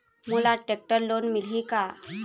मोला tractor loan मिलही का?